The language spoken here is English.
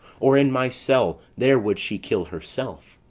or in my cell there would she kill herself.